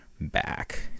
back